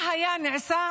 מה היה נעשה?